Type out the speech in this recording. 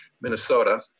Minnesota